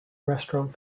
restaurant